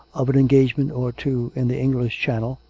of an engagement or two in the english channel,